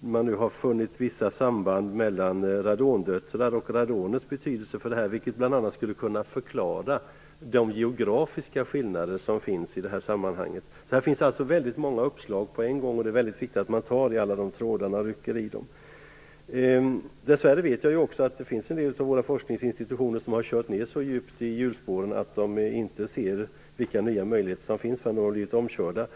man har funnit vissa samband mellan radondöttrar och det här, radonets betydelse, vilket bl.a. skulle kunna förklara de geografiska skillnaderna i sammanhanget. Det finns alltså väldigt många uppslag, och det är viktigt att man tar i alla trådar och rycker i dem. Dess värre har en del av våra forskningsinstitutioner kört ner så djupt i hjulspåren att de inte ser vilka nya möjligheter som finns, för de har blivit omkörda.